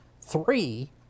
three